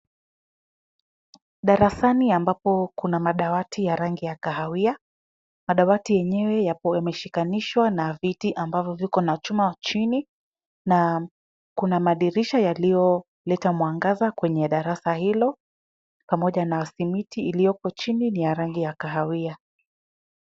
Darasani ambapo kuna madawati ya rangi ya kahawia. Madawati yenyewe yameshikanishwa na viti ambavyo viko na chuma chini na kuna madirisha yaliyoleta mwangaza kwenye darasa hilo pamoja na simiti ilioko chini ni ya rangi ya kahawia.